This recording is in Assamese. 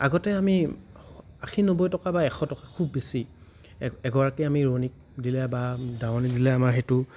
আগতে আমি আশী নব্বৈ টকা বা এশ টকা খুব বেছি এ এগৰাকী আমি ৰোৱনীক দিলে বা দাৱনীক দিলে আমাৰ সেইটো